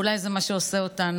אולי זה מה שעושה אותנו,